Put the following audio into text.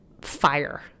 fire